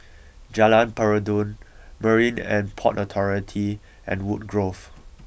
Jalan Peradun Marine and Port Authority and Woodgrove